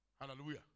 Hallelujah